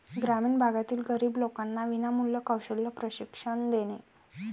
ग्रामीण भागातील गरीब लोकांना विनामूल्य कौशल्य प्रशिक्षण देणे